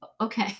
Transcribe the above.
okay